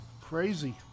Crazy